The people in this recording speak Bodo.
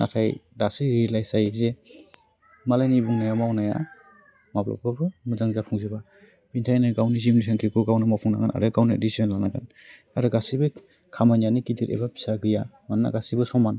नाथाय दासो रियेलाइस जायो जे मालायनि बुंनायाव मावनाया माब्लाबाबो मोजां जाफुंजोबा बिनि थाखायनो गावनि जिउनि थांखिखौ गावनो मावफुं नांगोन आरो गावनो डिसिशन लानांगोन आरो गासैबो खामानियानो गिदिर एबा फिसा गैया मानोना गासैबो समान